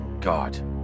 god